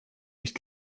nicht